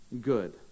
good